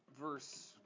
verse